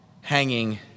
hanging